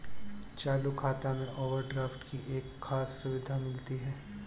चालू खाता में ओवरड्राफ्ट की एक खास सुविधा मिलती है